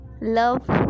love